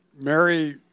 Mary